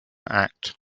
act